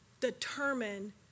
determine